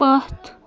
پَتھ